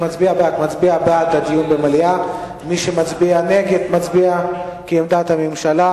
דיון במליאה, ומי שמצביע נגד, מצביע כעמדת הממשלה,